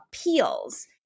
appeals